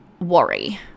worry